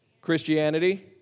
Christianity